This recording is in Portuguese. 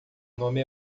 nome